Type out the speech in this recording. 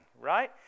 right